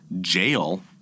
jail